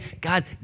God